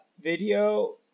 video